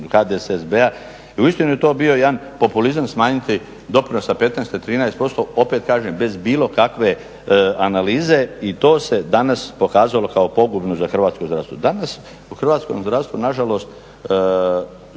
HDSSB-a i uistinu je to bio jedan populizam smanjiti doprinos sa 15, sa 13% opet kažem bez bilo kakve analize i to se danas pokazalo kao pogubno za hrvatsko zdravstvo. Danas u hrvatskom zdravstvu nažalost